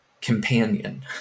Companion